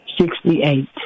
Sixty-eight